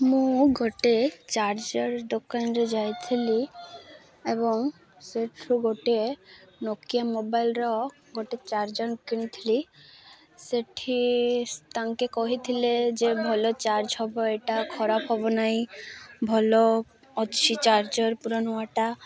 ମୁଁ ଗୋଟେ ଚାର୍ଜର୍ ଦୋକାନରେ ଯାଇଥିଲି ଏବଂ ସେଠାରୁ ଗୋଟେ ନୋକିଆ ମୋବାଇଲ୍ର ଗୋଟେ ଚାର୍ଜର୍ କିଣିଥିଲି ସେଇଠି ତାଙ୍କେ କହିଥିଲେ ଯେ ଭଲ ଚାର୍ଜ ହବ ଏଇଟା ଖରାପ ହବ ନାହିଁ ଭଲ ଅଛି ଚାର୍ଜର୍ ପୁରା ନୂଆଟା